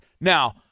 Now